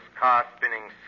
car-spinning